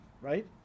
right